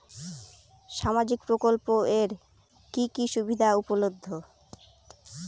সামাজিক প্রকল্প এর কি কি সুবিধা উপলব্ধ?